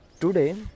Today